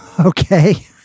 Okay